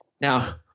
Now